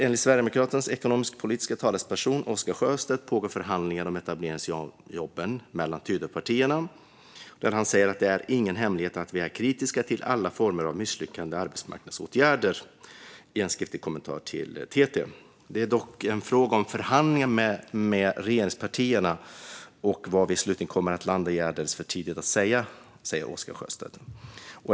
Enligt Sverigedemokraternas ekonomisk-politiska talesperson Oscar Sjöstedt pågår förhandlingar om etableringsjobben mellan Tidöpartierna. Han säger i en skriftlig kommentar till TT: "Det är ingen hemlighet att vi är kritiska till alla former av misslyckade arbetsmarknadsåtgärder" och "Detta är dock en fråga om förhandlingar med regeringspartierna, och vad vi ytterst landar i är alldeles för tidigt att säga."